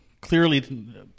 clearly